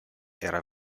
era